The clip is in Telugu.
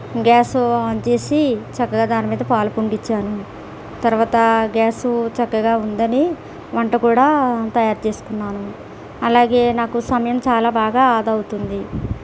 గ్యాస్ ఆన్ చేసి చక్కగా దాని మీద పాలు పొంగించాను తర్వాత గ్యాసు చక్కగా ఉందని వంట కూడా తయారు చేసుకున్నాను అలాగే నాకు సమయం చాలా బాగా ఆదా అవుతుంది